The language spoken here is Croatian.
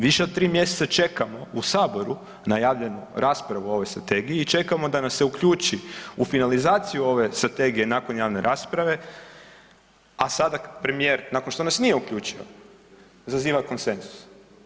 Više od 3 mjeseca čekamo u saboru najavljenu raspravu o ovoj strategiji i čekamo da nas se uključi u finalizaciju ove strategije nakon javne rasprave, a sada premijer nakon što nas nije uključio zaziva konsenzus.